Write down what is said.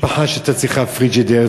משפחה שהייתה צריכה פריג'ידר,